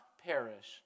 perish